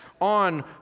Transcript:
on